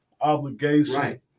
obligation